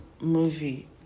movie